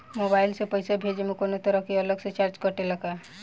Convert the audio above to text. Mobile से पैसा भेजे मे कौनों तरह के अलग से चार्ज कटेला का?